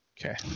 Okay